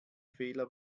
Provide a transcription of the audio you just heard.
fehler